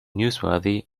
newsworthy